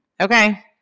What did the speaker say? Okay